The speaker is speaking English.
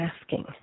asking